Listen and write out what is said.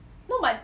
no but